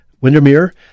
Windermere